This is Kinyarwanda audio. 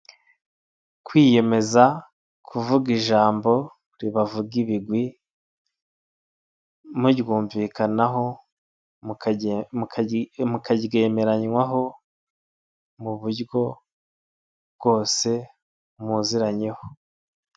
Kwiyemeza kuvuga ijambo ribavuga ibigwi muryumvikanaho mukaryemeranywaho mu buryo bwose muziranyeho.